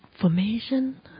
formation